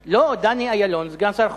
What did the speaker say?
לא, דני אילון, סגן שר החוץ,